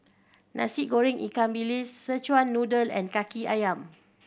Nasi Goreng ikan bilis Szechuan Noodle and Kaki Ayam